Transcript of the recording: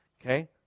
okay